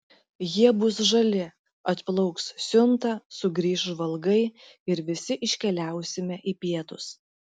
jie bus žali atplauks siunta sugrįš žvalgai ir visi iškeliausime į pietus